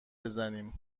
بزنیم